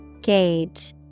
Gauge